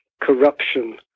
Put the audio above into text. corruption